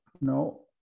no